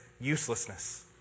uselessness